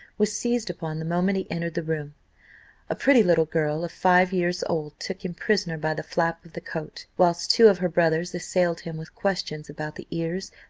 was seized upon the moment he entered the room a pretty little girl of five years old took him prisoner by the flap of the coat, whilst two of her brothers assailed him with questions about the ears,